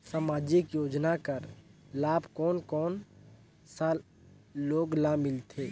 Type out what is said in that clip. समाजिक योजना कर लाभ कोन कोन सा लोग ला मिलथे?